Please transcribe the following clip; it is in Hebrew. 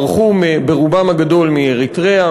ברחו ברובם הגדול מאריתריאה,